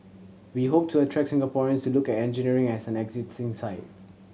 we hope to attract Singaporeans to look at engineering as an exciting site